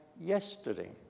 yesterday